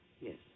Yes